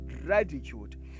gratitude